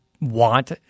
want